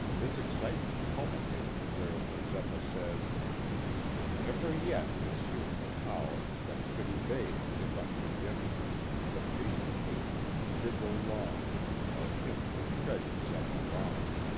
his excitement culminated where mazeppa says there never yet was human power that could evade if unforgiven the patient hate, and vigil long of him who treasures up a wrong.